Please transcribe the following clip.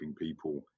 people